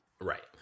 Right